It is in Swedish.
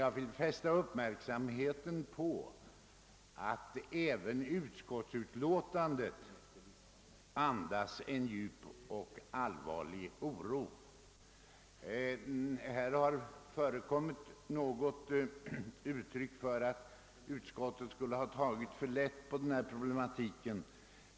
Jag vill fästa uppmärksamheten på att även utskottsutlåtandet andas en djup oro. I debatten har någon antytt att utskottet skulle ha tagit för lätt på denna problematik.